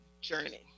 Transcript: journey